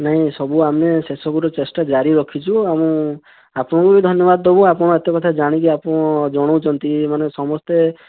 ନାଇ ସବୁ ଆମେ ସେସବୁର ଚେଷ୍ଟା ଜାରି ରଖିଛୁ ଆମେ ଆପଣଙ୍କୁ ବି ଧନ୍ୟବାଦ ଦେବୁ ଆପଣ ଏତେ କଥା ଜାଣିକି ଆପଣ ଜଣଉଛନ୍ତି ମାନେ ସମସ୍ତେ